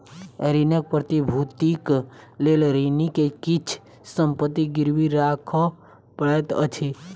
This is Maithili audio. ऋणक प्रतिभूतिक लेल ऋणी के किछ संपत्ति गिरवी राखअ पड़ैत अछि